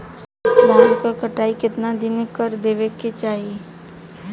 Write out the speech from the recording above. धान क कटाई केतना दिन में कर देवें कि चाही?